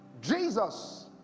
Jesus